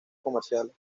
comerciales